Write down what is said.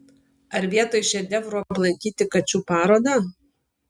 ar vietoj šedevrų aplankyti kačių parodą